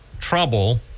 trouble